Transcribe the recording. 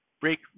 break